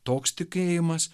toks tikėjimas